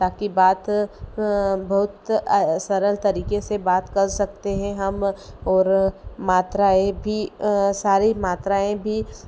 ताकि बात बहुत सरल तरीके से बात कर सकते हैं और मात्राएँ भी सारी मात्राएँ भी